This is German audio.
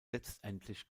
letztendlich